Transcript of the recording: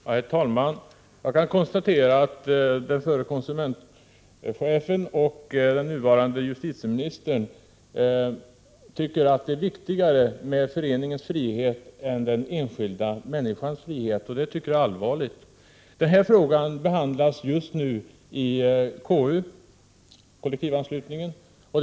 Herr talman! Jag kan konstatera att den förra konsumentchefen, nuvarande justitieministern, anser att det är viktigare med föreningens frihet än med den enskilda människans frihet, och det tycker jag är allvarligt. Frågan om kollektivanslutningen behandlas just nu i KU.